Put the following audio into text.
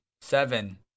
Seven